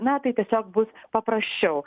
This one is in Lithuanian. na tai tiesiog bus paprasčiau